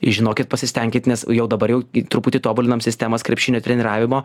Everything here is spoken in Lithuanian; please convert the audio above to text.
žinokit pasistenkit nes jau dabar jau truputį tobulinam sistemas krepšinio treniravimo